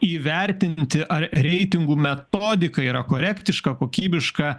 įvertinti ar reitingų metodika yra korektiška kokybiška